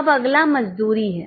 अब अगला मजदूरी है